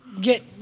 Get-